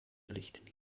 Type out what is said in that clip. lichten